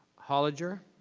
hollinger.